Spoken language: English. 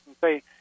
say